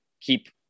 keep